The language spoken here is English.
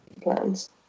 plans